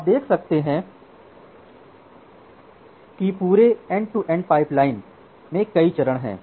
आप देख सकते हैं कि इस पूरे end to end pipeline में कई चरण हैं